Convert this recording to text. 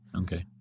okay